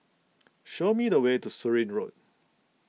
show me the way to Surin Road